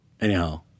Anyhow